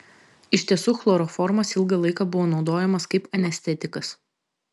iš tiesų chloroformas ilgą laiką buvo naudojamas kaip anestetikas